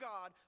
God